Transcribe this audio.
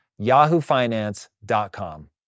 yahoofinance.com